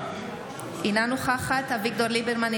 אינה נוכחת אביגדור ליברמן,